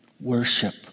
Worship